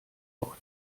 out